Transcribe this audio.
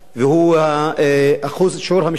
שיעור המשתתפים,